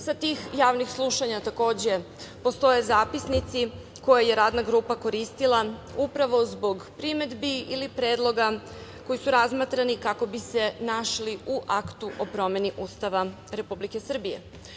Sa tih javnih slušanja takođe postoje zapisnici koje je Radna grupa koristila upravo zbog primedbi ili predloga koji su razmatrani kako bi se našli u aktu o promeni Ustava Republike Srbije.